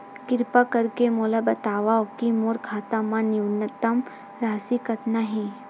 किरपा करके मोला बतावव कि मोर खाता मा न्यूनतम राशि कतना हे